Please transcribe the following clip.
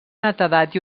netedat